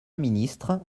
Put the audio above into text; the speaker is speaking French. ministre